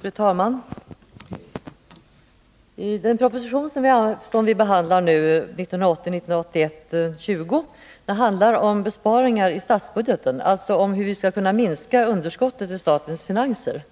Fru talman! Den proposition som vi nu behandlar, 1980/81:20, handlar om besparingar i statsbudgeten, alltså om hur vi skall kunna minska underskottet istatens finanser.